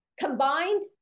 combined